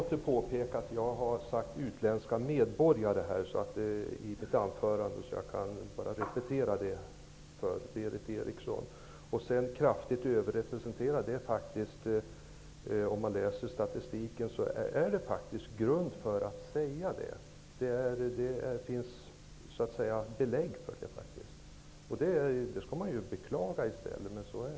Herr talman! Jag vill åter påpeka att jag i mitt anförande talade om utländska medborgare. Jag kan bara repetera det för Berith Eriksson. Om man läser statistiken finner man att det faktiskt finns grund för att säga att de utländska medborgarna är kraftigt överrepresenterade. Det finns belägg för det. Det skall man beklaga.